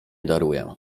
daruję